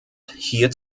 hier